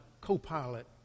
co-pilot